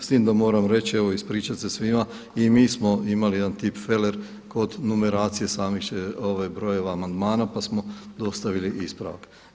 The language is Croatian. S time da moram reći, evo i ispričati se svima i mi smo imali jedan tipfeler kod numeracije samih brojeva amandmana pa smo dostavi ispravak.